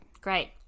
Great